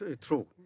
True